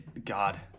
God